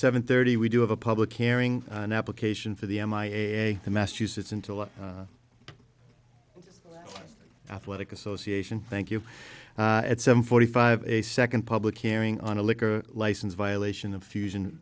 seven thirty we do have a public hearing an application for the m i a s the massachusetts into law athletic association thank you at seven forty five a second public hearing on a liquor license violation of fusion